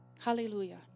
Hallelujah